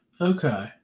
Okay